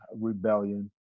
rebellion